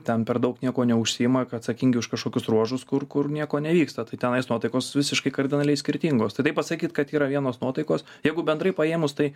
ten per daug niekuo neužsiima atsakingi už kažkokius ruožus kur kur nieko nevyksta tai tenais nuotaikos visiškai kardinaliai skirtingos tai taip pasakyt kad yra vienos nuotaikos jeigu bendrai paėmus tai